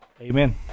Amen